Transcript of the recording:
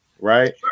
right